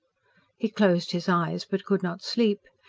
he closed his eyes, but could not sleep.